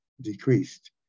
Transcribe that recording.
decreased